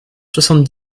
soixante